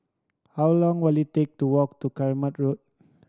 how long will it take to walk to Kramat Road